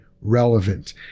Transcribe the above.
relevant